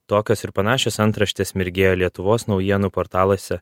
tokios ir panašios antraštės mirgėjo lietuvos naujienų portaluose